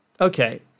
Okay